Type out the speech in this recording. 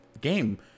game